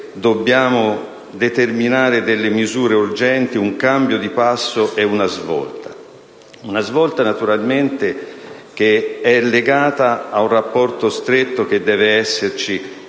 dobbiamo promuovere misure urgenti, fare un cambio di passo e una svolta. Una svolta naturalmente legata ad un rapporto stretto che deve esserci